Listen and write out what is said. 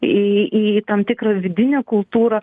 į į tam tikrą vidinę kultūrą